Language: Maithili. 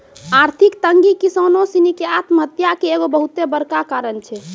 आर्थिक तंगी किसानो सिनी के आत्महत्या के एगो बहुते बड़का कारण छै